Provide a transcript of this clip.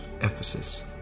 Ephesus